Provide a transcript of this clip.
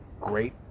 Great